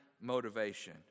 motivation